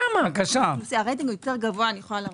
הרייטינג יותר גבוה.